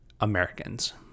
Americans